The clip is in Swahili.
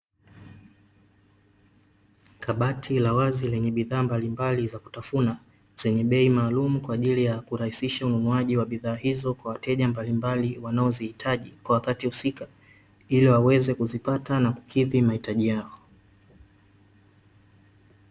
Kabati la wazi lenye bidhaa mbalimbali za kutafuna zenye bei maalumu kwa ajili ya kurahisisha ununuaji wa bidhaa hizo kwa wateja mbalimbali wanaozihitaji kwa wakati husika, ili waweze kuzipata na kukidhi mahitaji yao.